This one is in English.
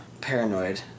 paranoid